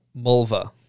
Mulva